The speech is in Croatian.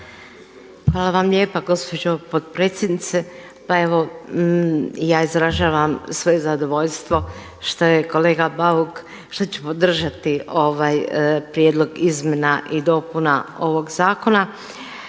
Hvala vam lijepa gospođo potpredsjednice. Pa evo, ja izražavam svoje zadovoljstvo što je kolega Bauk, što ću podržati ovaj prijedlog izmjena i dopuna ovog zakona.